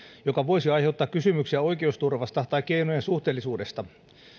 mikä voisi aiheuttaa kysymyksiä oikeusturvasta tai keinojen suhteellisuudesta